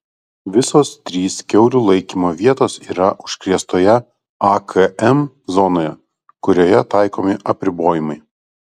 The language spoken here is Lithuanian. visos trys kiaulių laikymo vietos yra užkrėstoje akm zonoje kurioje taikomi apribojimai